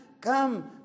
Come